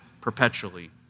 perpetually